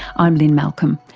i'm lynne malcolm,